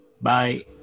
bye